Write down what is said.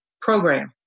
program